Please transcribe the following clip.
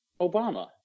Obama